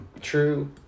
true